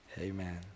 Amen